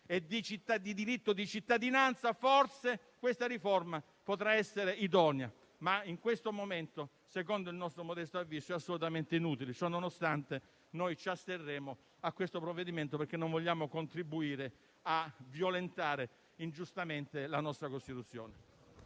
e di diritto di cittadinanza, forse questa riforma potrà essere idonea; ma in questo momento, secondo il nostro modesto avviso, è assolutamente inutile. Ciò nonostante, ci asterremo su questo provvedimento perché non vogliamo contribuire a violentare ingiustamente la nostra Costituzione.